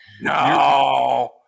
No